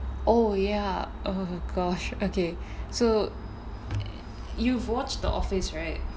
oh ya oh gosh okay so you've watched the office right